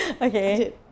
Okay